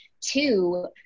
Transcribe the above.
two